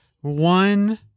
one